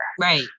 Right